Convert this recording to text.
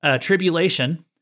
tribulation